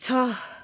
छ